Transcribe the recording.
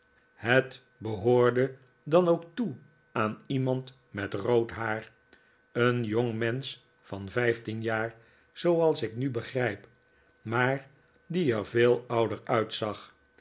het behoorde dan ook toe aan iemand met rood haar een jongmensch van vijftien jaar zooals ik nu begrijp maar die er veel ouder uitzag